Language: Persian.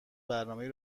برنامهای